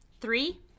three